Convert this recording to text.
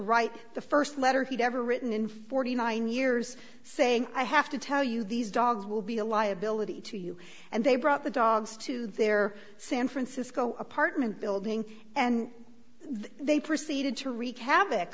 write the first letter he'd ever written in forty nine years saying i have to tell you these dogs will be a liability to you and they brought the dogs to their san francisco apartment building and they proceeded to wreak havoc